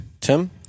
Tim